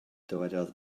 dywedodd